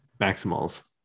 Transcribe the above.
Maximals